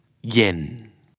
yen